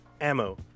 ammo